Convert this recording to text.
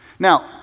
Now